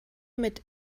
mit